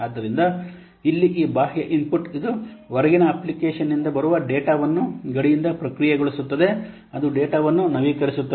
ಆದ್ದರಿಂದ ಇಲ್ಲಿ ಈ ಬಾಹ್ಯ ಇನ್ಪುಟ್ ಇದು ಹೊರಗಿನ ಅಪ್ಲಿಕೇಶನ್ನಿಂದ ಬರುವ ಡೇಟಾವನ್ನು ಗಡಿಯಿಂದ ಪ್ರಕ್ರಿಯೆಗೊಳಿಸುತ್ತದೆ ಅದು ಡೇಟಾವನ್ನು ನವೀಕರಿಸುತ್ತದೆ